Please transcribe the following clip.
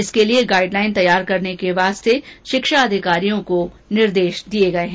इसके लिए guideline तैयार करने के लिए शिक्षा अधिकारियों को निर्देश दिए गए हैं